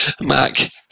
Mac